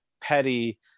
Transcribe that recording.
petty